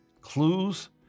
Clues